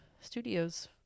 studios